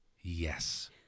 yes